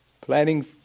Planning